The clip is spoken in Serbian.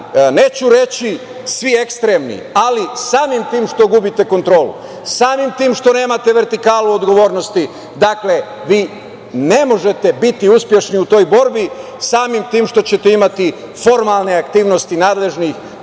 još. Neću reći - svi ekstremni, ali, samim tim što gubite kontrolu, samim tim što nemate vertikalu odgovornosti, vi ne možete biti uspešni u toj borbi samim tim što ćete imati formalne aktivnosti nadležnih